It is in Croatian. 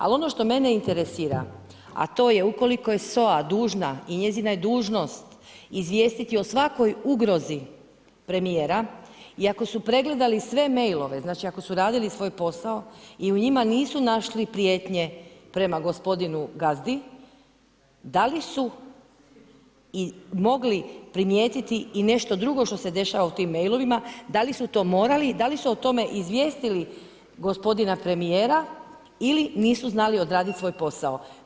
Ali ono što mene interesira, a to je ukoliko je SOA dužna i njezina je dužnost izvijestiti o svakoj ugrozi premijera, i ako su pregledali sve mailove, ako su radili svoj posao i u njima nisu našli prijetnje prema gospodinu gazdi, da li su i mogli primijetiti nešto drugo što se dešava u tim mailovima, da li su to morali i da li su o tome izvjestili gospodina premijera ili nisu znali odradit svoj posao?